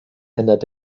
ändert